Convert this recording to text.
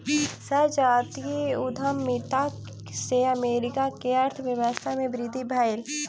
संजातीय उद्यमिता से अमेरिका के अर्थव्यवस्था में वृद्धि भेलै